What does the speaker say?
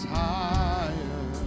higher